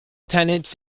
tenants